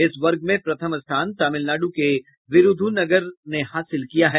इस वर्ग में प्रथम स्थान तमिलनाड् के विरूध्नगर ने हासिल किया है